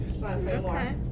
Okay